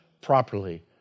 properly